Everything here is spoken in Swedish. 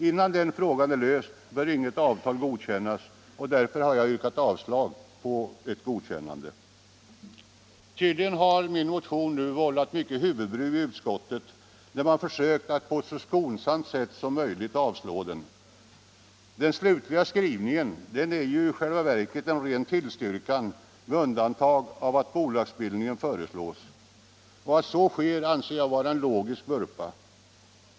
Innan den frågan är löst bör inget avtal godkännas, och därför har jag yrkat avslag på ett godkännande. Tydligen har min motion nu vållat mycket huvudbry i utskottet, där man försökt att på ett så skonsamt sätt som möjligt avstyrka den. Den slutliga skrivningen är i själva verket en ren tillstyrkan med undantag av att bolagsbildningen föreslås. Att så sker anser jag vara en logisk vurpa.